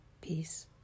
peace